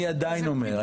אני עדיין אומר.